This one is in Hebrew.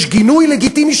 יש גינוי לגיטימי,